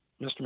Mr